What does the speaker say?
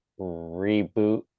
reboot